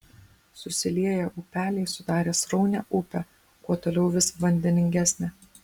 susilieję upeliai sudarė sraunią upę kuo toliau vis vandeningesnę